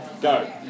Go